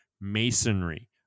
masonry